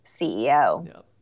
CEO